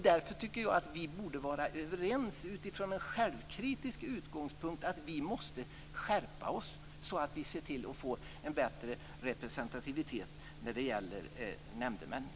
Därför tycker jag att vi borde vara överens, utifrån en självkritisk utgångspunkt, om att vi måste skärpa oss och se till att få en bättre representativitet när det gäller nämndemännen.